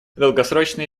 долгосрочные